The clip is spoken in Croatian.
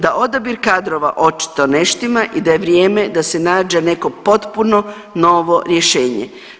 Da odabir kadrova očito ne štima i da je vrijeme da se nađe neko potpuno novo rješenje.